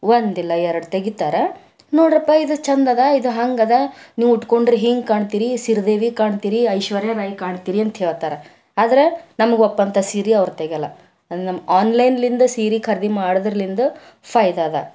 ಒಂದಿಲ್ಲ ಎರಡು ತೆಗೀತಾರೆ ನೋಡ್ರಪ್ಪಾ ಇದು ಚೆಂದ ಅದ ಇದು ಹಾಗೆ ಅದ ನೀವು ಉಟ್ಕೊಂಡ್ರೆ ಹೀಗೆ ಕಾಣ್ತೀರಿ ಸಿರಿದೇವಿ ಕಾಣ್ತೀರಿ ಐಶ್ವರ್ಯ ರೈ ಕಾಣ್ತೀರಿ ಅಂತ ಹೇಳ್ತಾರೆ ಆದ್ರೆ ನಮ್ಗೆ ಒಪ್ಪೋಂಥ ಸೀರೆ ಅವ್ರು ತೆಗಿಯೋಲ್ಲ ನಮ್ಮ ಆನ್ಲೈನ್ಲಿಂದ ಸೀರೆ ಖರೀದಿ ಮಾಡ್ದ್ರಲಿಂದ ಫೈದಾ ಅದ